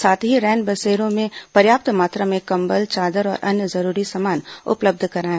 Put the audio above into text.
साथ ही रैन बसेरो में पर्याप्त मात्रा में कंबल चादर और अन्य जरूरी सामान उपलब्ध कराएं